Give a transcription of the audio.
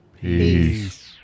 Peace